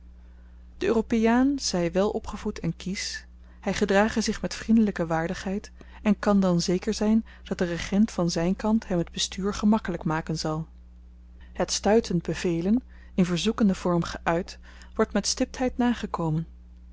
de europeaan zy wel opgevoed en kiesch hy gedrage zich met vriendelyke waardigheid en kan dan zeker zyn dat de regent van zyn kant hem t bestuur gemakkelyk maken zal het stuitend bevelen in verzoekenden vorm geuit wordt met stiptheid nagekomen